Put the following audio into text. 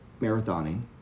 marathoning